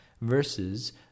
versus